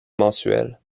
mensuelle